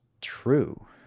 true